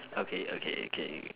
okay okay okay